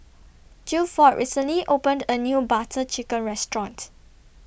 Gilford recently opened A New Butter Chicken Restaurant